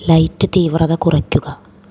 light തീവ്രത കുറയ്ക്കുക